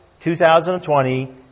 2020